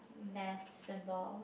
math symbol